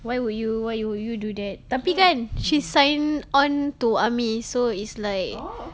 why would you why would you do that tapi kan she signed on to army so is like